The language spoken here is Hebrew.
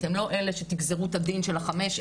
אתם לא אלה שתגזרו את הדין של חמש,